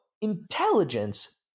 intelligence